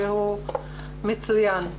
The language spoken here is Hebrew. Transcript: והוא מצוין,